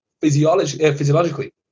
physiologically